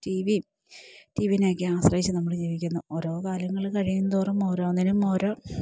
T വിയും ടി വിയിനെയൊക്കെ ആശ്രയിച്ച് നമ്മള് ജീവിക്കുന്നു ഓരോ കാലങ്ങള് കഴീയുന്തോറും ഓരോന്നിനും ഓരോ